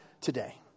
today